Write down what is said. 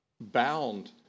bound